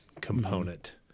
component